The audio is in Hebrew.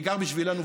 בעיקר בשבילנו,